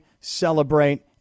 celebrate